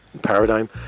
paradigm